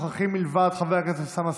אבל מלכה כותבת: דיווח ממליאת הכנסת: רם בן ברק